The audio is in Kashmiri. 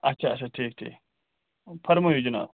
اچھا اچھا ٹھیٖک ٹھیٖک فرمٲیِو جِناب